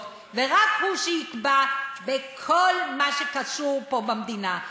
ורק הוא שיקבע בכל מה שקשור פה במדינה.